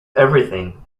everything